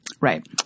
Right